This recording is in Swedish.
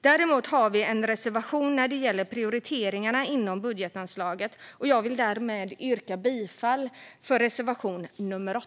Däremot har vi en reservation när det gäller prioriteringarna inom budgetanslaget, och jag vill därmed yrka bifall till reservation nummer 8.